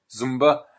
Zumba